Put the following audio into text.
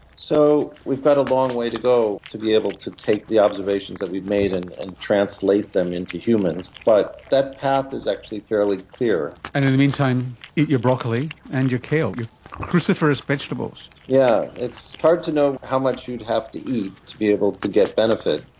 so we've got a long way to go to be able to take the observations that we've made and and translate them into humans, but that path is actually fairly clear. and in the meantime eat your broccoli and your kale, your cruciferous vegetables. yes. yeah it's hard to know how much you'd have to eat to be able to get benefit,